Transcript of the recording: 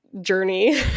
journey